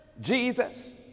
Jesus